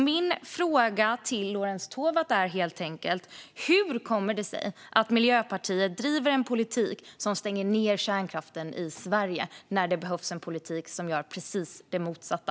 Min fråga till Lorentz Tovatt är därför: Hur kommer det sig att Miljöpartiet driver en politik som stänger ned kärnkraften i Sverige när det behövs en politik som gör det precis motsatta?